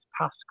past